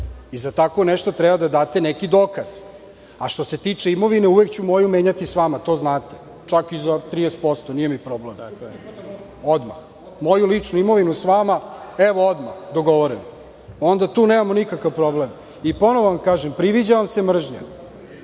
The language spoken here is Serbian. i za tako nešto treba da date neki dokaz. Što se tiče imovine, uvek ću svoju menjati sa vama, to vi znate, čak i za 30 posto, nije mi problem, odmah, moju ličnu imovinu sa vama, evo odmah dogovoreno. Onda tu nemamo nikakav problem. Ponovo vam kažem, priviđa vam se mržnja,